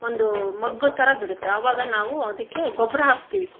ಒಂದು ಮೊಗ್ಗು ಥರ ಬಿಡುತ್ತೆ ಅವಾಗ ನಾವೂ ಅದಕ್ಕೆ ಗೊಬ್ಬರ ಹಾಕ್ತೀವಿ